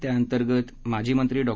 त्याअंतर्गत माजी मंत्री डॉ